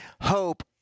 Hope